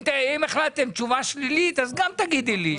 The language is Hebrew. אם החלטתם על תשובה שלילית, גם תגידי לי.